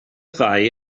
ddau